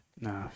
No